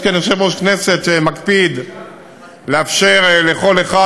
יש כאן יושב-ראש כנסת שמקפיד לאפשר לכל אחד